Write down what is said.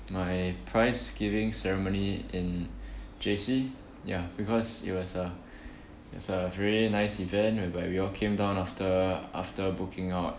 my prize giving ceremony in J_C ya because it was a it's a very nice event whereby we all came down after after booking our